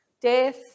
Death